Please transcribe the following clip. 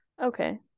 Okay